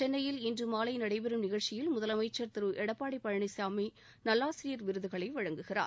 சென்னையில் இன்று மாலை நடைபெறும் நிகழ்ச்சியில் முதலமைச்சர் திரு எடப்பாடி பழனிசாமி நல்லாசிரியர் விருதுகளை வழங்குகிறார்